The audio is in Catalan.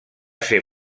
ser